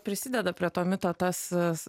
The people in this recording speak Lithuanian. prisideda prie to mito tas